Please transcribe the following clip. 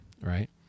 right